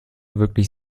wirklich